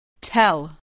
Tell